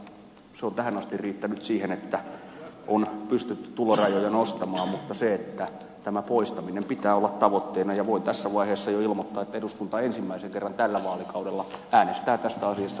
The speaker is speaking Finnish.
se on tähän asti riittänyt siihen että on pystytty tulorajoja nostamaan mutta tämän poistamisen pitää olla tavoitteena ja voin tässä vaiheessa jo ilmoittaa että eduskunta ensimmäisen kerran tällä vaalikaudella äänestää tästä asiasta kahden viikon sisään